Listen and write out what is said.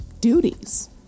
duties